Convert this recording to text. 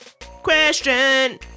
question